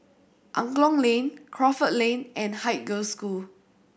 Angklong Lane Crawford Lane and Haig Girls' School